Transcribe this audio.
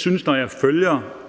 Formanden